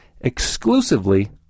exclusively